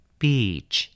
beach